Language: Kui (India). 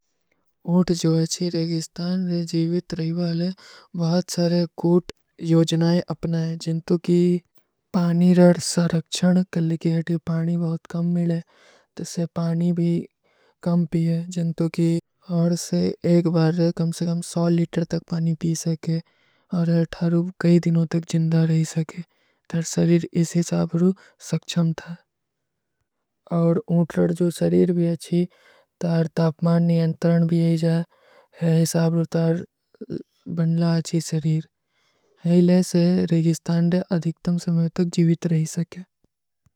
ଊଟ ଜୋ ଐଛୀ ରେଗିସ୍ତାନ ଜୀଵିତ ରହୀ ଵାଲେ ବହୁତ ସାରେ କୁଟ ଯୋଜନାଏଂ ଅପନା ହୈଂ ଜିନ୍ତୋ କୀ ପାନୀ ରଡ ସରକ୍ଷନ କଲିକିଯେଂ ତୀ ପାନୀ ବହୁତ କମ ମିଲେଂ, ତସେ ପାନୀ ଭୀ କମ ପିଯେଂ ଜିନ୍ତୋ କୀ ଔର ସେ ଏକ ବାର କମସେ କମ ସଲ ଲିଟର ତକ ପାନୀ ପୀ ସକେ ଔର ଅଥାରୋବ କଈ ଦିନୋଂ ତକ ଜିନ୍ଦା ରହୀ ସକେ ତର ସରୀର ଇସ ହୀ ସାବରୋ ସକ୍ଷମ ଥା ଔର ଊଟ ରଡ ଜୋ ସରୀର ଭୀ ଅଚ୍ଛୀ, ତାର ତାପମାନ ନିଯାଂତରନ ଭୀ ଆଈ ଜାଏ ହୈ ସାବରୋ ତାର ବନଲା ଅଚ୍ଛୀ ସରୀର ହୈଲେ ସେ ରେଗିସ୍ତାନ ଜାଏ ଅଧିକତମ ସମଯୋଂ ତକ ଜୀଵିତ ରହୀ ସକେ।